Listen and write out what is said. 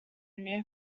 new